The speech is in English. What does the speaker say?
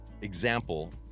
example